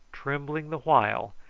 trembling the while,